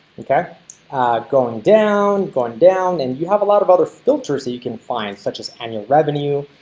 okay going down going down and you have a lot of other filters that you can find such as annual revenue.